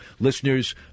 Listeners